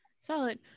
Solid